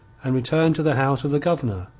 and returned to the house of the governor,